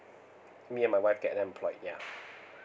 me and my wife get employed yeah